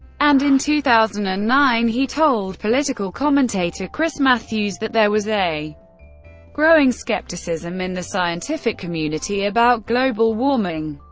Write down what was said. and in two thousand and nine he told political commentator chris matthews that there was a growing skepticism in the scientific community about global warming.